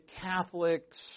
Catholics